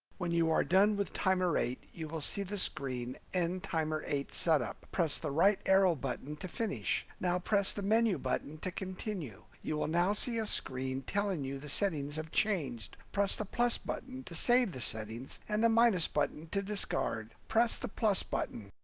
when you are done with timer eight, you will see the screen end timer eight setup. press the right arrow button to finish. now, press the menu button to continue. you will now see a screen telling you the settings have changed. press the plus button to save the settings and the minus button to discard. press the plus button.